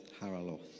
haraloth